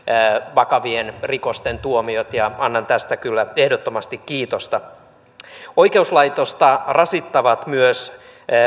vakavien rikosten tuomioita ja annan tästä kyllä ehdottomasti kiitosta oikeuslaitosta rasittavat myös